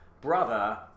brother